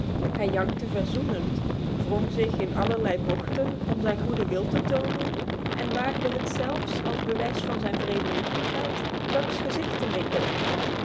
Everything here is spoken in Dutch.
hij jankte verzoenend wrong zich in allerlei bochten om zijn goede wil te tonen en waagde het zelfs als bewijs van zijn vredelievendheid buck's gezicht te likken